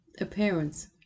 appearance